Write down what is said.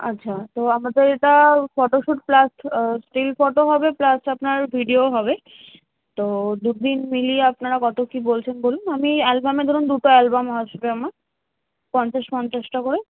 আচ্ছা তো আমাদের এটা photo shoot plus still photo হবে প্লাস আপনার ভিডিওও হবে তো দু দিন মিলিয়ে আপনারা কত কী বলছেন বলুন আমি অ্যালবামে ধরুন দুটো অ্যালবাম আসবে আমার পঞ্চাশ পঞ্চাশটা করে